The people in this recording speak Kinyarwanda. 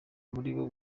muribo